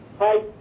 Hi